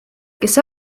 kes